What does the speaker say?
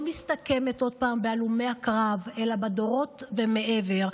לא מסתכמת בהלומי הקרב אלא בדורות ומעבר.